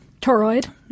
Toroid